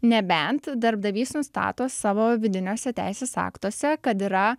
nebent darbdavys nustato savo vidiniuose teisės aktuose kad yra